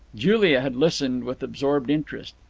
julia had listened with absorbed interest.